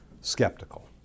skeptical